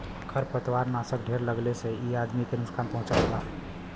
खरपतवारनाशक ढेर डलले से इ आदमी के नुकसान पहुँचावला